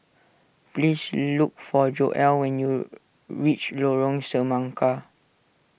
please look for Joel when you reach Lorong Semangka